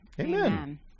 Amen